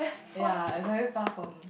ya very far from